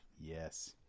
Yes